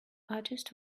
artist